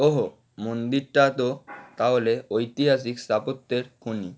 ওহো মন্দিরটা তো তাহলে ঐতিহাসিক স্থাপত্যের খনি